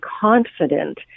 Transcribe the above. confident